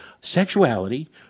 sexuality